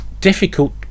difficult